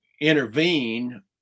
intervene